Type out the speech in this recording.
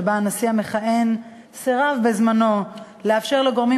שבה הנשיא המכהן סירב בזמנו לאפשר לגורמים